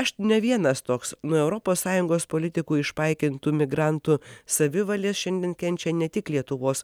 aš ne vienas toks nuo europos sąjungos politikų išpaikintų migrantų savivalės šiandien kenčia ne tik lietuvos